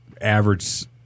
average